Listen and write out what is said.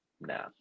No